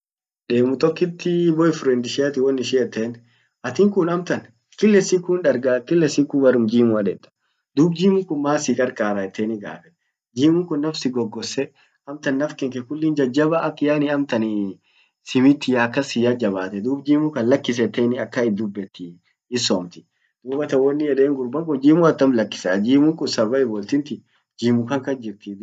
demu tokkit boyfriend ishiantin won ishin yeten atin kun amtan kila siku hindargaa kila siku barum gym ua deta dub gym munkun maan siqarqaraa eteni gafet? Gym munkun naf sigogose, amtan naf kanke kullin jajaba ak yaani amtan simitia akas sijajabate dub gym ukan lakisi eteni akan itdubeti, itsomti. dubatan wonin yeden gurban kun gym akam lakisa, anin kun survival tinti gym utan kas jirti dubatan atam lakisaa gym akana.